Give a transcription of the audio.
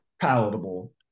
palatable